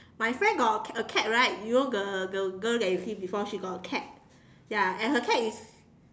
my friend got a cat right you know the the girl that you see before she got a cat ya and her cat is